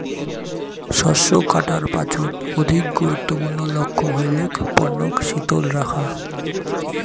শস্য কাটার পাছত অধিক গুরুত্বপূর্ণ লক্ষ্য হইলেক পণ্যক শীতল রাখা